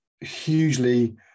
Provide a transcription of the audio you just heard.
hugely